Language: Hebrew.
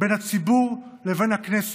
בין הציבור לבין הכנסת,